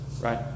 Right